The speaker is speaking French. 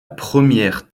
première